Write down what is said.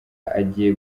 agiye